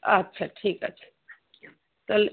আচ্ছা ঠিক আছে তাহলে